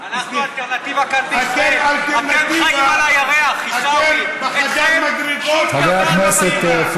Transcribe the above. אתם בחדר מדרגות,